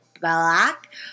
black